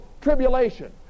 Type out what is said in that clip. tribulation